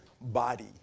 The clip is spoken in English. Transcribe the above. body